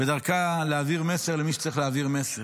ודרכה להעביר מסר למי שצריך להעביר מסר.